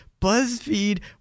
BuzzFeed